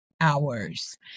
hours